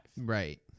right